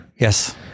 Yes